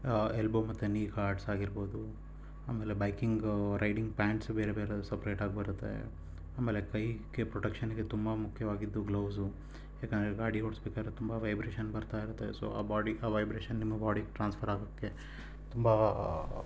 elbow ಮತ್ತು knee guards ಆಗಿರ್ಬೋದು ಆಮೇಲೆ ಬೈಕಿಂಗ್ ರೈಡಿಂಗ್ ಪ್ಯಾಂಟ್ಸ್ ಬೇರೆ ಬೇರೆ ಸೆಪ್ರೇಟ್ ಆಗಿ ಬರುತ್ತೆ ಆಮೇಲೆ ಕೈಗೆ ಪ್ರೊಟೆಕ್ಷನಿಗೆ ತುಂಬ ಮುಖ್ಯವಾಗಿದ್ದು ಗ್ಲೌಸು ಏಕಂದರೆ ಗಾಡಿ ಓಡ್ಸ್ಬೇಕಾದ್ರೆ ತುಂಬ ವೈಬ್ರೇಷನ್ ಬರ್ತಾ ಇರುತ್ತೆ ಸೊ ಆ ಬೋಡಿ ಆ ವೈಬ್ರೇಷನ್ ನಿಮ್ಮ ಬೋಡಿಗೆ ಟ್ರಾನ್ಸ್ಫರ್ ಆಗೋಕ್ಕೆ ತುಂಬ